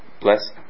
bless